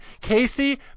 Casey